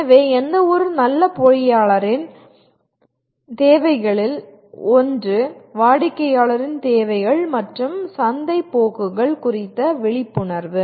எனவே எந்தவொரு நல்ல பொறியியலாளரின் தேவைகளில் ஒன்று வாடிக்கையாளரின் தேவைகள் மற்றும் சந்தை போக்குகள் குறித்த விழிப்புணர்வு